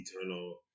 Eternal